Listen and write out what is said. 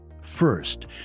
First